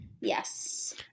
Yes